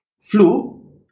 flu